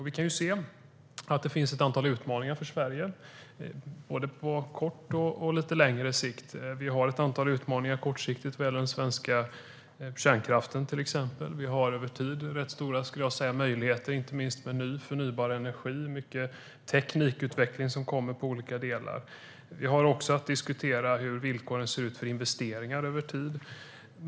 Vi kan se att det finns ett antal utmaningar för Sverige på både kort och lite längre sikt. Det finns ett antal utmaningar kortsiktigt vad gäller den svenska kärnkraften. Över tid finns stora möjligheter, inte minst med ny förnybar energi. Det sker mycket teknikutveckling. Vi har också att diskutera hur villkoren ser ut för investeringar över tid.